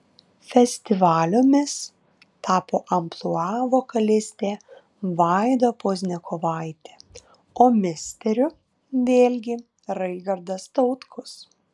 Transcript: festivalio mis tapo amplua vokalistė vaida pozniakovaitė o misteriu vėlgi raigardas tautkus